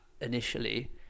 initially